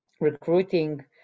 recruiting